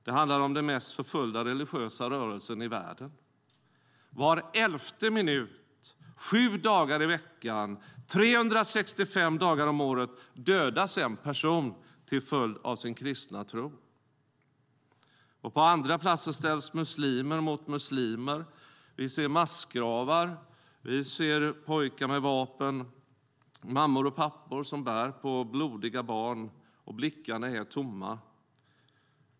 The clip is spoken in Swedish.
Det handlar om den mest förföljda religiösa rörelsen i världen. Var elfte minut, sju dagar i veckan och 365 dagar om året dödas en person till följd av sin kristna tro. På andra platser ställs muslimer mot muslimer. Vi ser massgravar. Vi ser pojkar med vapen och mammor och pappor som bär på blodiga barn. Blickarna är tomma.